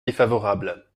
défavorable